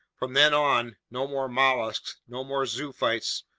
from then on, no more mollusks, no more zoophytes,